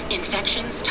infections